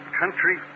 country